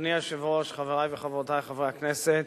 אדוני היושב-ראש, חברי וחברותי חברי הכנסת,